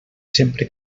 sempre